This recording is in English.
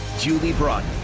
julie broughton.